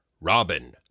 Robin